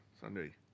Sunday